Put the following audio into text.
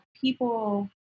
people